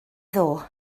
ddoe